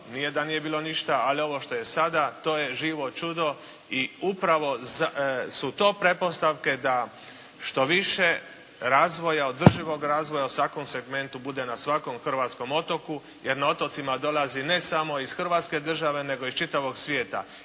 nije da nije bilo ništa. Ali ovo što je sada to je živo čudo. I upravo su to pretpostavke da što više razvoja, održivog razvoja u svakom segmentu bude na svakom hrvatskom otoku, jer na otocima dolazi ne samo iz hrvatske države nego iz čitavog svijeta.